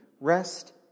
Rest